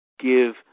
Give